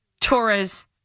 Torres